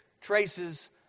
traces